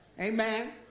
Amen